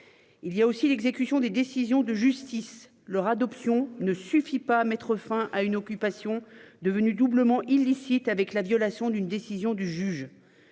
Il y a aussi l'exécution des décisions de justice leur adoption ne suffit pas à mettre fin à une occupation devenue doublement illicite avec la violation d'une décision du juge.